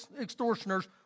extortioners